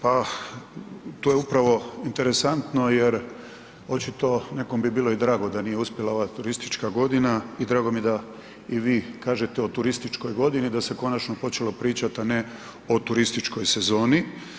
Pa to je upravo interesantno jer očito nekom bi bilo i drago da nije uspjela ova turistička godina i drago mi je da i vi kažete o turističkoj godini da se konačno počelo pričati a ne o turističkoj sezoni.